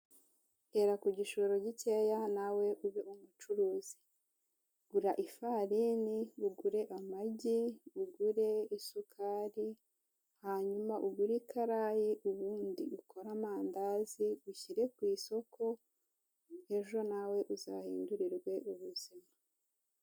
Hera ku gishoro gikeya, nawe ube umucuruzi. Gura ifarini, ugure amagi, ugure isukari, hanyuma ugure karayi, ubundi ukore amandazi, ushyire ku isoko, ejo nawe uzahindurirwe ubuzima.